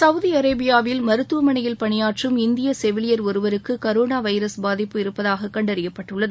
Saudi அரேபியாவில் மருத்துவமணையில் பணியாற்றும் இந்திய செவிலியர் ஒருவருக்கு கரோணா வைரஸ் பாதிப்பு இருப்பதாக கண்டறியப்பட்டுள்ளது